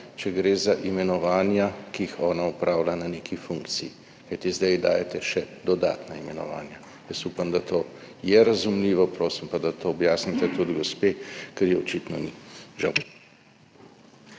če gre za imenovanja, ki jih ona opravlja na neki funkciji, kajti zdaj ji dajete še dodatna imenovanja. Jaz upam, da je to razumljivo, prosim pa, da to objasnite tudi gospe, ker ji očitno ni, žal.